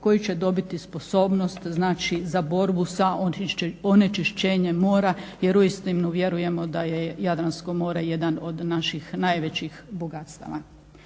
koji će dobiti sposobnost, znači za borbu s onečišćenjem mora jer uistinu vjerujemo da je Jadransko more jedan od naših najvećih bogatstava.